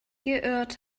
geirrt